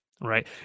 Right